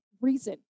reason